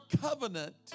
covenant